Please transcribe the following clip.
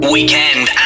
Weekend